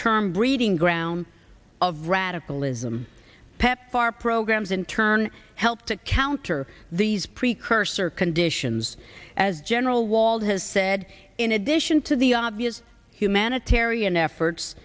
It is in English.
term breeding ground of radicalism pepfar programs in turn help to counter these precursor conditions as general wald has said in addition to the obvious humanitarian efforts